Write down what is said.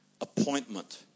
Appointment